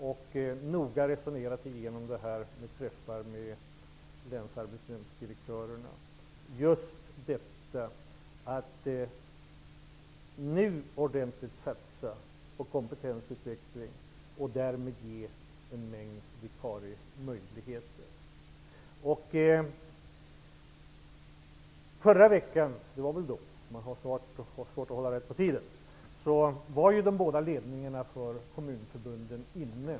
Vid träffar med länsarbetsdirektörerna har jag noga diskuterat just detta att nu ordentligt satsa på kompetensutveckling och därmed ge en mängd vikariemöjligheter. Jag tror att det var i förra veckan som jag träffade ledningen för de båda kommunförbunden.